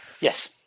Yes